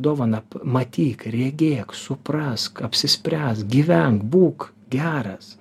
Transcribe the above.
dovaną matyk regėk suprask apsispręs gyvenk būk geras